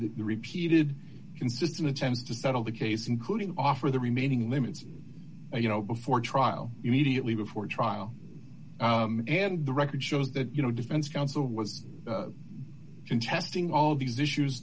the repeated consistent attempts to settle the case including offer the remaining limits you know before trial immediately before trial and the record shows that you know defense counsel was contesting all these issues